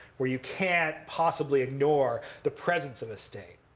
where you can't possibly ignore the presence of a state.